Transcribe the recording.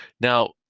Now